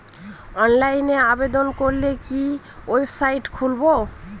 অনলাইনে আবেদন করলে কোন ওয়েবসাইট খুলব?